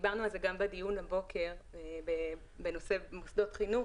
דיברנו על זה גם בדיון הבוקר בנושא מוסדות חינוך.